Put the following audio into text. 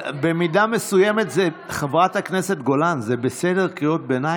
זה מצחיק מה שאתה